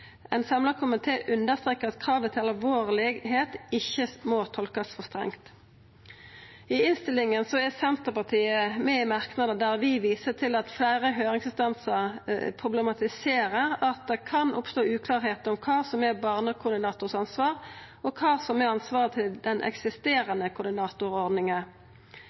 Ein samla komité strekar under at kravet om «alvorlighet» ikkje må tolkast for strengt. I innstillinga er Senterpartiet med i merknader der vi viser til at fleire høyringsinstansar problematiserer at det kan verta uklart kva som er barnekoordinatoren sitt ansvar, og kva som er ansvaret til den eksisterande